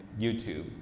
YouTube